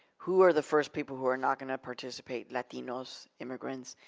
who are the first people who are not gonna participate? latinos, immigrants.